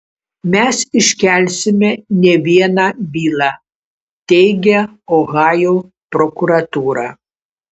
mes iškelsime ne vieną bylą teigia ohajo prokuratūra